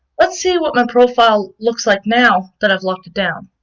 let's see what my profile looks like, now that i've locked it down.